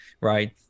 right